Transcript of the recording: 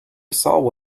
saw